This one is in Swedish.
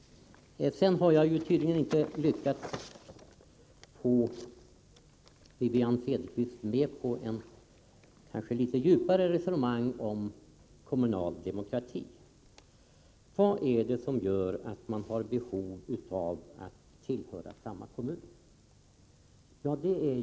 Jag har tydligen inte lyckats få Wivi-Anne Cederqvist med på ett litet djupare resonemang om kommunal demokrati. Vad är det som gör att man har behov av att tillhöra samma kommun?